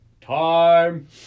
time